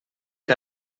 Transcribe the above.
que